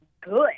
good